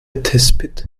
tespit